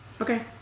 Okay